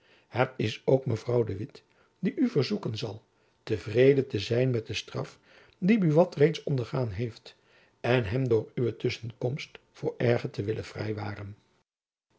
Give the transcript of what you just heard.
het is ook mevrouw de witt die u verzoeken zal te vrede te zijn met de straf die buat reeds ondergaan heeft en hem door uwe tusschenkomst voor erger te willen vrijwaren